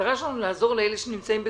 המטרה שלנו היא לעזור לאלה שנמצאים בקשיים.